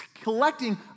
collecting